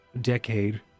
decade